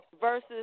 versus